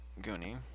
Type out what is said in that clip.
Goonie